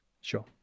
Sure